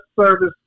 service